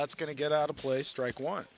that's going to get out of play strike on